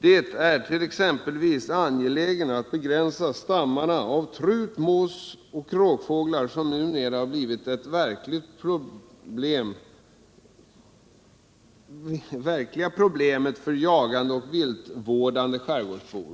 Det är exempelvis angeläget att begränsa stammarna av trut, mås och kråkfågel, som numera har blivit det verkliga problemet för jagande och viltvårdande skärgårdsbor.